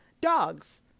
dogs